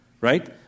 right